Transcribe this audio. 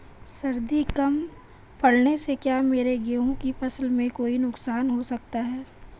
सर्दी कम पड़ने से क्या मेरे गेहूँ की फसल में कोई नुकसान हो सकता है?